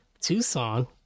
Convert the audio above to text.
Tucson